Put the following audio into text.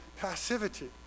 passivity